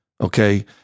okay